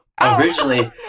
originally